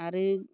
आरो